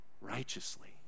righteously